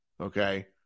Okay